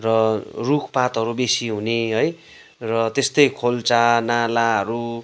र रुखपातहरू बेसी हुने है र त्यस्तै खोल्सा नालाहरू